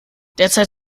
derzeit